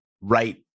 right